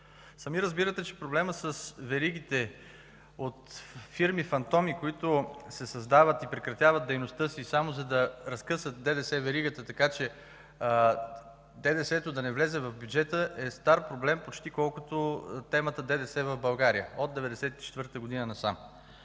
Сами разбирате, че проблемът с веригите от фирми фантоми, които се създават и прекратяват дейността си само, за да разкъсат ДДС веригата така, че ДДС-то да не влезе в бюджета, е стар проблем, почти колкото темата ДДС в България – от 1994 г. насам.